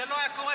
זה לא היה קורה,